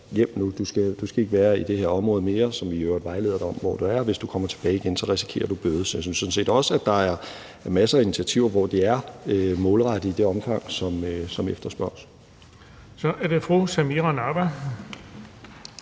hjem nu. Du skal ikke være i det her område mere, som vi i øvrigt vejleder dig om hvor er, og hvis du kommer tilbage igen, risikerer du bøde. Så jeg synes sådan set, at der er masser af initiativer, hvor det er målrettet i det omfang, det efterspørges. Kl. 12:39 Den fg.